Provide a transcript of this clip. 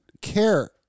care